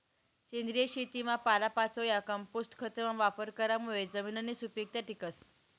सेंद्रिय शेतीमा पालापाचोया, कंपोस्ट खतना वापर करामुये जमिननी सुपीकता टिकस